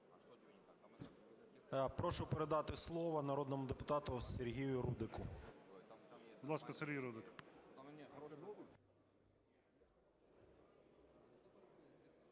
Прошу передати слово народному депутату Сергію Рудику.